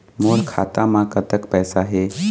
मोर खाता म कतक पैसा हे?